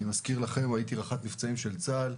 הייתי רח"ט מבצעים של צה"ל,